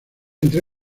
entre